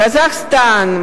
קזחסטן,